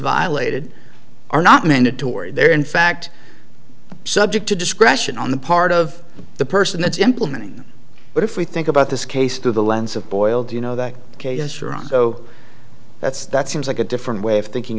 violated are not mandatory they're in fact subject to discretion on the part of the person that's implementing but if we think about this case through the lens of boiled you know that case you're on so that's that seems like a different way of thinking